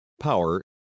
power